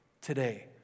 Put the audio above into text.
today